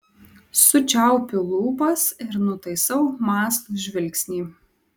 sučiaupiu lūpas ir nutaisau mąslų žvilgsnį